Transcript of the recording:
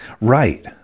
Right